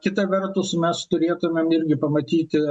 kita vertus mes turėtumėm irgi pamatyti